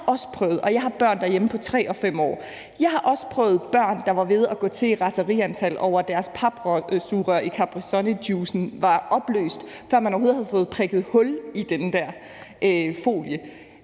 også prøvet det, og jeg har børn derhjemme på 3 og 5 år. Jeg har også prøvet børn, der var ved at gå til i raserianfald over, at deres papsugerør i Capri-Sun-juicen var opløst, før man overhovedet havde fået prikket hul i den der folie.